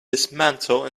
dismantle